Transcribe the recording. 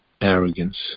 arrogance